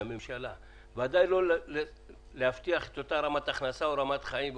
מהממשלה בוודאי לא להבטיח את אותה רמת הכנסה או רמת חיים,